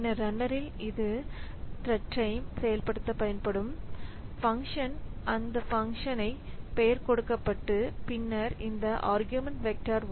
பின்னர் ரன்னரில் இது தான்த்ரெட்டை செயல்படுத்த பயன்படும் ஃபங்ஷன்அந்த ஃபங்ஷன் பெயர் கொடுக்கப்பட்டு பின்னர் இந்த argv 1